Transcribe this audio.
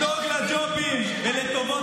אתה יודע שיש את סעיף 15 לחוק-יסוד: השפיטה,